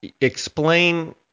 explain